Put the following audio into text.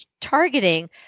targeting